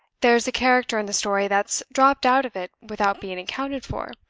there's a character in the story that's dropped out of it without being accounted for.